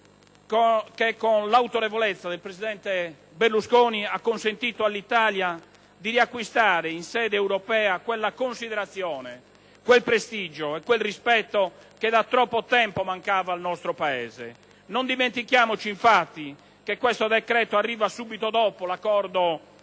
che, con l'autorevolezza del presidente Berlusconi, ha consentito all'Italia di riacquistare in sede europea quella considerazione, quel prestigio e quel rispetto che, da troppo tempo, mancava al nostro Paese. Non dimentichiamoci, infatti, che questo decreto arriva subito dopo l'accordo